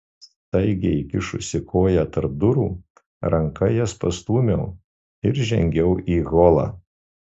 staigiai įkišusi koją tarp durų ranka jas pastūmiau ir žengiau į holą